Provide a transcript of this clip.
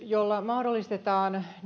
jolla mahdollistetaan nyt